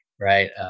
Right